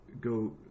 go